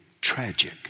tragic